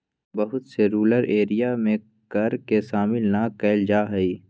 बहुत से rural area में कर के शामिल ना कइल जा हई